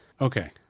Okay